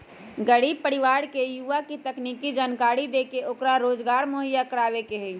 गरीब परिवार के युवा के तकनीकी जानकरी देके ओकरा रोजगार मुहैया करवावे के हई